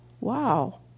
Wow